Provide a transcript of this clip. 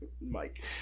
Mike